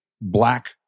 black